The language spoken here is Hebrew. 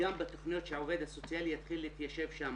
וגם בתכניות שהעובד הסוציאלי יתחיל להתיישב שם.